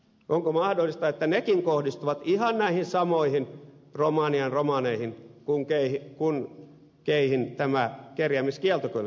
onko mahdollista että nekin kohdistuvat ihan näihin samoihin romanian romaneihin kuin tämä kerjäämiskieltokin olisi kohdistunut